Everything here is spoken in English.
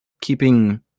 keeping